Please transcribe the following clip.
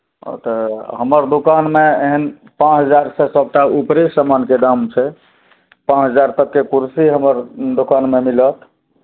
ओ तऽ हमर दोकानमे एहन पाँच हजार सँ सबटा ऊपरे समानके दाम छै पाँच हजार तकके कुर्सी हमर दोकानमे मिलत